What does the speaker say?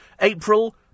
April